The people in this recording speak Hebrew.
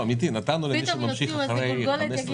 אחר כך נתקדם להצבעה על ההסתייגויות ועל החוק עצמו.